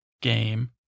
game